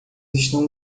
estão